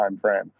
timeframe